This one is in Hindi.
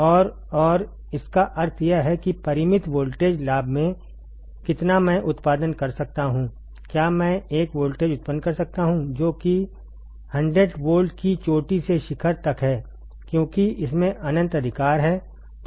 और और इसका अर्थ यह है कि परिमित वोल्टेज लाभ में कितना मैं उत्पादन कर सकता हूं क्या मैं एक वोल्टेज उत्पन्न कर सकता हूं जो कि 100 वोल्ट की चोटी से शिखर तक है क्योंकि इसमें अनंत अधिकार हैं